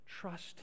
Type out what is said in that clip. trust